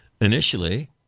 initially